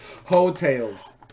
Hotels